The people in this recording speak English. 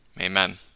Amen